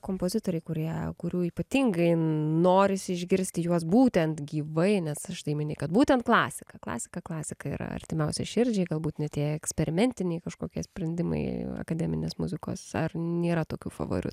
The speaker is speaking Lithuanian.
kompozitoriai kurie kurių ypatingai norisi išgirsti juos būtent gyvai nes štai mini kad būtent klasika klasika klasika yra artimiausia širdžiai galbūt ne tie eksperimentiniai kažkokie sprendimai akademinės muzikos ar nėra tokių favoritų